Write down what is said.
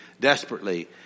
desperately